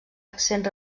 accent